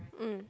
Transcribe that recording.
mm